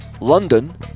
London